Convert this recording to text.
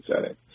setting